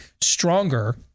stronger